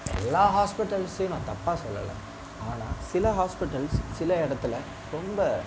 எல்லா ஹாஸ்பிட்டல்ஸையும் நான் தப்பாக சொல்லலை ஆனால் சில ஹாஸ்பிட்டல்ஸ் சில இடத்துல ரொம்ப